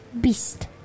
Beast